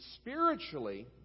spiritually